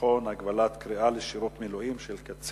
ביטחון (הגבלות קריאה לשירות מילואים של קצין,